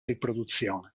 riproduzione